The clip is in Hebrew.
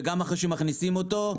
וגם אחרי שמכניסים אותו,